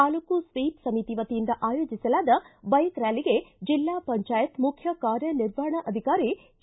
taluka SVEEP ಸಮಿತಿ ವತಿಯಿಂದ ಆಯೋಜಿಸಲಾದ ಬೈಕ್ ರ್ನಾಲಿಗೆ ಜಿಲ್ಲಾ ಪಂಚಾಯತ್ ಮುಖ್ಯ ಕಾರ್ಯನಿರ್ವಹಣಾಧಿಕಾರಿ ಕೆ